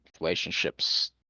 relationships